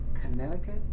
Connecticut